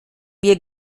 wir